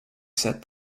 said